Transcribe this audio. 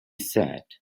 said